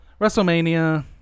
Wrestlemania